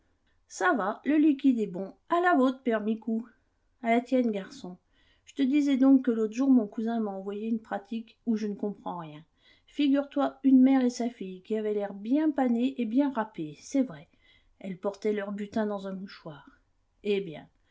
ça va le liquide est bon à la vôtre père micou à la tienne garçon je te disais donc que l'autre jour mon cousin m'a envoyé une pratique où je ne comprends rien figure-toi une mère et sa fille qui avaient l'air bien panées et bien râpées c'est vrai elles portaient leur butin dans un mouchoir eh bien